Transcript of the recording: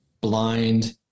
blind